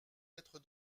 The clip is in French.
être